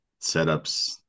setups